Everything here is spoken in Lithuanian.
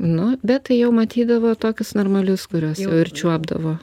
nu bet tai jau matydavo tokius normalius kuriuos ir čiuopdavo